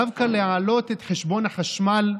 דווקא להעלות את חשבון החשמל,